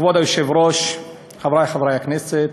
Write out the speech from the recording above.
כבוד היושב-ראש, חברי חברי הכנסת,